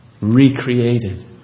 recreated